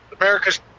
America's